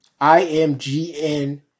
IMGN